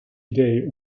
idee